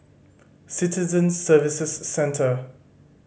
Citizen Services Centre